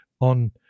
on